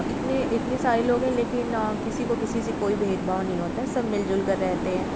इतने इतने सारे लोग है लेकिन किसी को किसी से कोई भेदभाव नहीं होता है सब मिलजुल कर रहते हैं